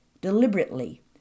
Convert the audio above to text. deliberately